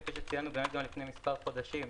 כפי שציינו גם לפני מספר חודשים,